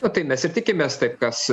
o tai mes ir tikimės taip kas